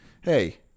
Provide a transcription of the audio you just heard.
Hey